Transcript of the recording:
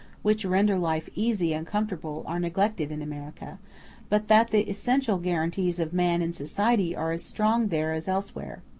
which render life easy and comfortable, are neglected in america but that the essential guarantees of man in society are as strong there as elsewhere.